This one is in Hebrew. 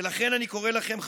ולכן אני קורא לכם,